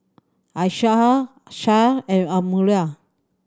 Aishah Syah and Amirul